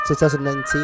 2019